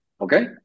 Okay